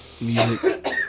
music